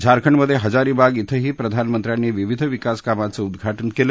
झारखंडमधे हजारीबाग शिंही प्रधानमंत्र्यांनी विविध विकास कामांचं उद्घाटन केलं